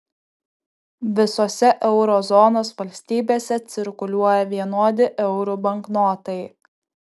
visose euro zonos valstybėse cirkuliuoja vienodi eurų banknotai